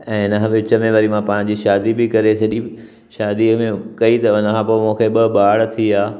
ऐं हिन खां विच में वरी मां पंहिंजी शादी बि करे छॾी शादीअ में कई त हुनखां पोइ मूंखे ॿ ॿार थी विया